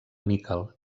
níquel